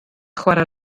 chwarae